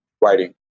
writing